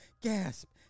gasp